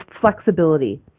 flexibility